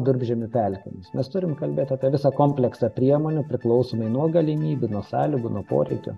durpžemių pelkėmis mes turim kalbėt apie visą kompleksą priemonių priklausomai nuo galimybių nuo sąlygų nuo poreikio